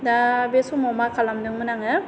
दा बे समाव मा खालामदोंमोन आङो